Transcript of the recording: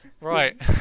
Right